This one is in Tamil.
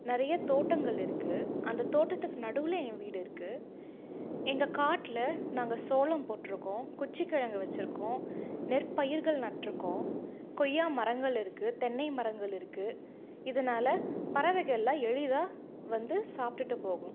நிறையா தோட்டங்கள் இருக்கு அந்த தோட்டத்துக்கு நடுவில் ஏன் வீடு இருக்கு எங்க காட்டில் நாங்கள் சோளம் போட்டுருக்கோம் குச்சி கிழங்க வச்சிருக்கோம் நெற்பயிர்கள் நட்டுருக்கோம் கொய்யா மரங்கள் இருக்கு தென்னை மரங்கள் இருக்கு இதனால பறவைகள் எல்லாம் எளிதா வந்து சாப்பிட்டுட்டு போகும்